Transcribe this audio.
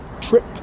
trip